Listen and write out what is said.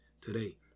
today